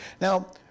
Now